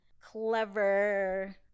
clever